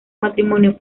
matrimonio